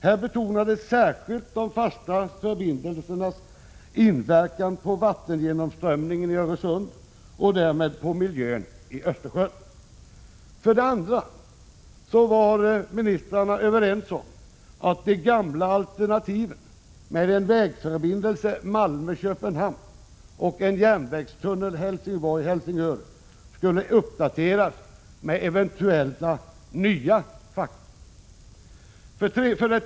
Där betonades särskilt de fasta förbindelsernas inverkan på vattengenomströmningen i Öresund och därmed på miljön i Östersjön. 2. Ministrarna var överens om att de gamla alternativen med en vägförbindelse Malmö-Köpenhamn och en järnvägstunnel Helsingborg-Helsingör skulle uppdateras med eventuella nya fakta.